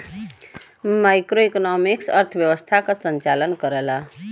macroeconomics अर्थव्यवस्था क संचालन करला